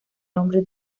nombre